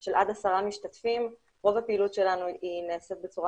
של עד עשרה משתתפים רוב הפעילות שלנו נעשית בצורה